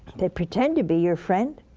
they pretend to be your friend.